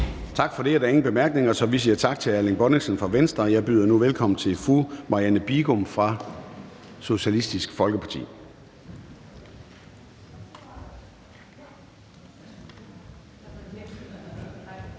Tak for det. Der er ingen korte bemærkninger, så vi siger tak til hr. Erling Bonnesen fra Venstre. Jeg byder nu velkommen til fru Marianne Bigum fra Socialistisk Folkeparti.